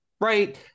right